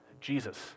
Jesus